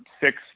six